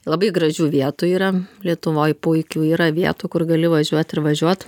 labai gražių vietų yra lietuvoj puikių yra vietų kur gali važiuot ir važiuot